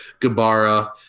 gabara